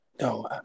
no